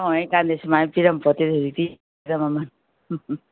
ꯍꯣꯡꯉꯤ ꯀꯥꯟꯗ ꯁꯨꯃꯥꯏꯅ ꯄꯤꯔꯝ ꯄꯣꯠꯇꯦꯗ ꯍꯧꯖꯤꯛꯇꯤ ꯃꯃꯟ